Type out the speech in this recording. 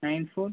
nine four